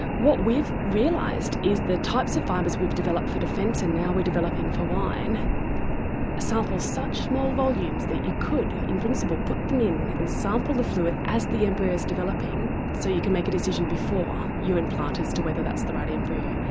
what we've realised is the types of fibres we've developed for defence and now we're developing for wine sample such small volumes that you could, in principle, put them in and sample the fluid as the embryo is developing, so you can make a decision before you implant as to whether that's the right embryo.